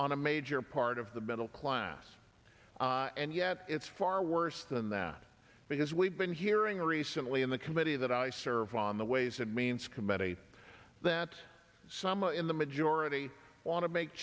on a major part of the middle class and yet it's far worse than that because we've been hearing recently committee that i serve on the ways and means committee that someone in the majority want to make